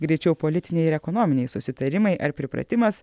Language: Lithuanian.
greičiau politiniai ir ekonominiai susitarimai ar pripratimas